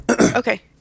Okay